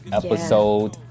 episode